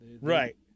Right